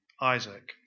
Isaac